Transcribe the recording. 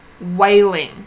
wailing